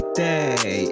day